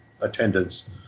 attendance